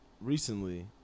recently